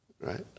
Right